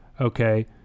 okay